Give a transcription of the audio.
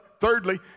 Thirdly